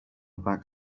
back